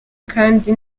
kandi